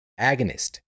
agonist